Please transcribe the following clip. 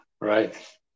Right